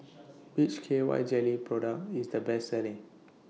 Which K Y Jelly Product IS The Best Selling